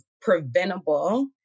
preventable